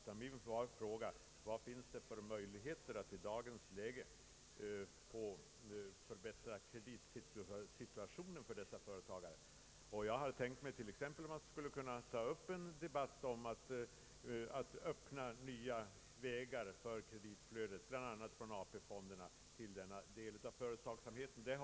Jag frågade rent generellt om finansministern vill medverka till att i dagens läge förbättra kreditsituationen för mindre och medelstora företag. Jag hade tänkt mig att man skulle kunna ta upp en debatt om möjligheterna att öppna nya vägar för kreditflödet, bl.a. från AP-fonderna, till denna del av företagsamheten.